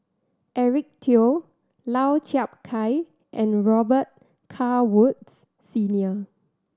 Eric Teo Lau Chiap Khai and Robet Carr Woods Senior